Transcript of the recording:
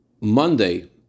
Monday